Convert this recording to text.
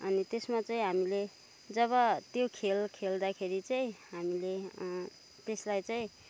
अनि त्यसमा चाहिँ हामीले जब त्यो खेल खेल्दाखेरि चाहिँ हामीले त्यसलाई चाहिँ